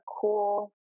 cool